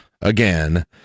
again